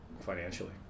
financially